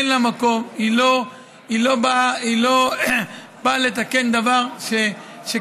אין לה מקום, היא לא באה לתקן דבר שקיים.